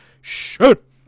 Shoot